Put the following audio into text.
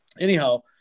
anyhow